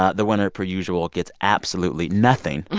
ah the winner, per usual, gets absolutely nothing.